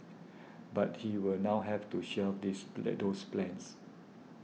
but he will now have to shelve these belittles plans